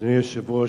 אדוני היושב-ראש,